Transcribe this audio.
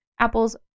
apples